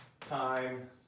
time